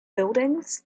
buildings